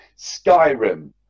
Skyrim